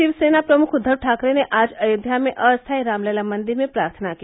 शिवसेना प्रमुख उद्वव ठाकरे ने आज अयोध्या में अस्थायी रामलला मंदिर में प्रार्थना की